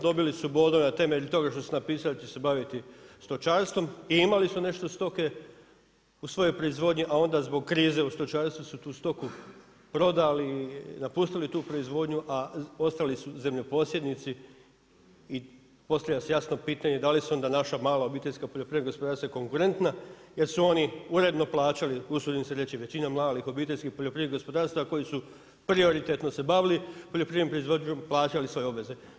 Dobili su bodove na temelju toga što su napisali da će se baviti stočarstvom i imali su nešto stoke u svojoj proizvodnji, a onda zbog krize u stočarstvu su tu stoku prodali i napustili tu proizvodnju, a ostali su zemljoposjednici i postavlja se jasno pitanje, da li se onda naša mala obiteljska poljoprivredna gospodarstva konkurenta, jer su oni uredno plaćali, usudim se reći većina malih obiteljskih poljoprivrednih gospodarstva koji su prioritetno se bavili poljoprivrednim proizvođačima, plaćali svoje obveze.